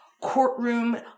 courtroom